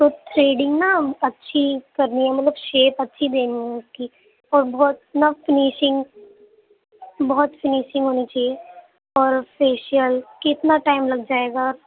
تو تھریڈنگ نا اچھی کرنی ہے مطلب شیپ اچھی دینی ہے اس کی اور بہت نا فنیشنگ بہت فنیشنگ ہونی چاہیے اور فیشیل کتنا ٹائم لگ جائے گا آپ